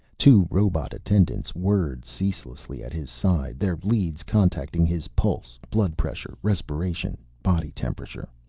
two robot attendants whirred ceaselessly at his side, their leads contacting his pulse, blood-pressure, respiration, body temperature.